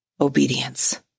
obedience